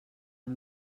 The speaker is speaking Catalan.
amb